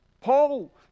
Paul